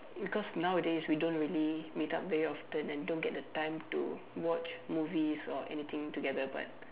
because nowadays we don't really meet up very often and don't get the time to watch movies or anything together but